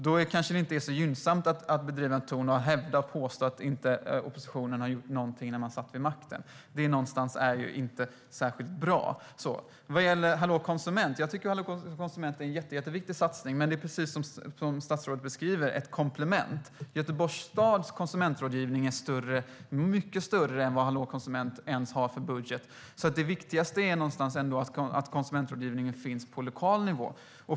Då kanske det inte är så gynnsamt att ha en sådan ton och att hävda att oppositionen inte gjorde någonting när den satt vid makten. Det är inte särskilt bra. Jag tycker att Hallå konsument är en jätteviktig satsning. Men precis som statsrådet beskriver är det ett komplement. Göteborgs stads konsumentrådgivning är mycket större än vad Hallå konsument är. Det viktigaste är att konsumentrådgivningen finns på lokal nivå.